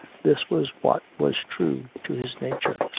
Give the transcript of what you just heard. this was what was true to his nature.